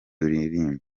uririmba